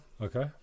Okay